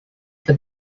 for